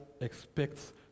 expects